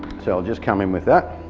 so i'll just come in with that.